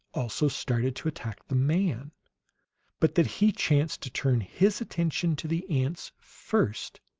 also started to attack the man but that he chanced to turn his attention to the ants first.